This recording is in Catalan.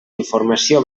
informació